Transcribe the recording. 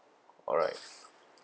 alright